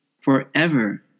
Forever